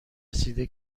رسیده